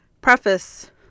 preface